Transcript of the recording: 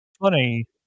funny